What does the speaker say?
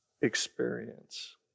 experience